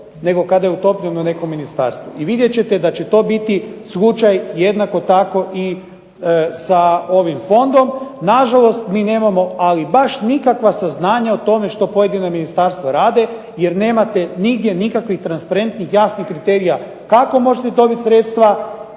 nego kada je utopljeno u neko ministarstvo i vidjet ćete da će to biti slučaj jednako tako i sa ovim Fondom. Na žalost mi nemamo ama baš nikakva saznanja o tome što ministarstva rade, jer nemate nikakvih transparentnih jasnih kriterija kako možete dobiti sredstva,